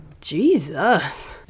Jesus